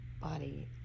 body